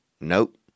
Nope